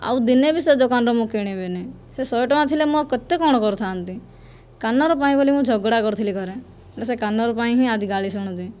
ଆଉ ଦିନେ ବି ସେ ଦୋକାନରୁ ମୁଁ କିଣିବିନାହିଁ ସେ ଶହେ ଟଙ୍କା ଥିଲେ ମୁଁ ଆଉ କେତେ କଣ କରିଥାନ୍ତି କାନର ପାଇଁ ବୋଲି ମୁଁ ଝଗଡ଼ା କରିଥିଲି ଘରେ ସେ କାନର ପାଇଁ ହିଁ ଆଜି ଗାଳି ଶୁଣୁଛି